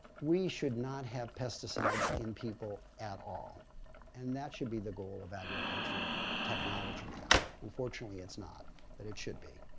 we should not have pesticides in people at all and that should be the goal of agricultural technology now. unfortunately, it's not but it should be.